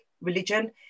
religion